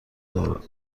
دار